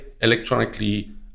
electronically